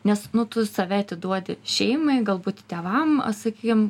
nes nu tu save atiduodi šeimai galbūt tėvam sakykim